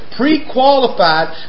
pre-qualified